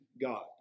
God